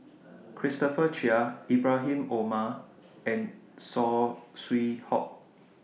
Christopher Chia Ibrahim Omar and Saw Swee Hock